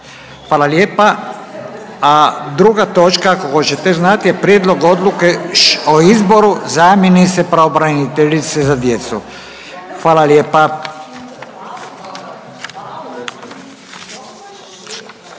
Hvala lijepa. A druga točka ako hoćete znati je Prijedlog odluke o izboru zamjenice pravobraniteljice za djecu. Hvala lijepa.